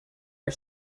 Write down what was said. are